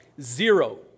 Zero